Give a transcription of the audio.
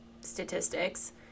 statistics